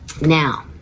Now